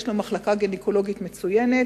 יש לו מחלקה גינקולוגית מצוינת,